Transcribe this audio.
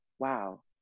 wow